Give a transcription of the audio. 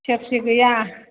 सेरसे गैया